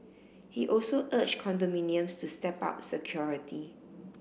he also urged condominiums to step up security